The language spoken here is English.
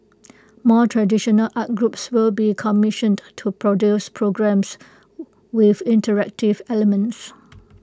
more traditional art groups will be commissioned to produce programmes with interactive elements